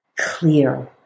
clear